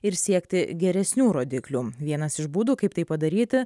ir siekti geresnių rodiklių vienas iš būdų kaip tai padaryti